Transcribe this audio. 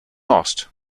lost